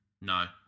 No